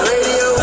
Radio